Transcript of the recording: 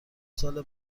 سال